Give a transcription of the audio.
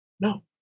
No